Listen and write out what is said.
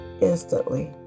instantly